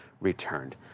returned